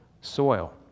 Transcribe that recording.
soil